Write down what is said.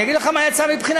אני אגיד לך מה יצא מבחינתי,